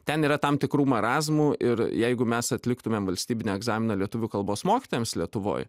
ten yra tam tikrų marazmų ir jeigu mes atliktumėm valstybinį egzaminą lietuvių kalbos mokytojams lietuvoj